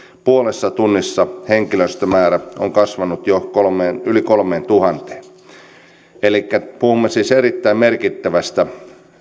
puolessa tunnissa henkilöstömäärä on kasvanut jo yli kolmeentuhanteen puhumme siis erittäin merkittävästä